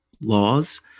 laws